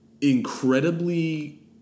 incredibly